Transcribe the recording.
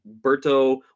Berto